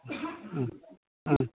ओं